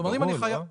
זה ברור, לא?